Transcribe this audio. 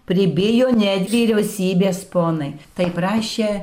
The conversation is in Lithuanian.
pribijo netgi vyriausybės ponai taip rašė